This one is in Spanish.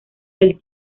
del